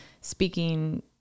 speaking